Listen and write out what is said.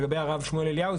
לגבי הרב אליהו,